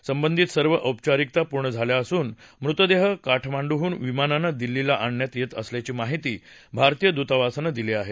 संबंधित सर्व औपचारिकता पूर्ण झाल्या असून मृतदेह काठमांडूहून विमानानं दिल्लीला आणण्यात येत असल्याची माहिती भारतीय दूतावासानं दिली आहे